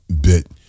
bit